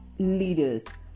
Leaders